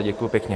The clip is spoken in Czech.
Děkuji pěkně.